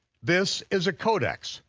this is a codex.